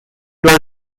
was